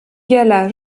gala